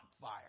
fire